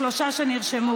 הרשימה.